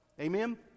Amen